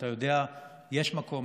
אתה יודע אם יש מקום,